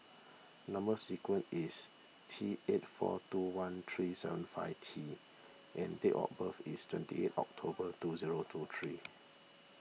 Number Sequence is T eight four two one three seven five T and date of birth is twenty eight October two zero two three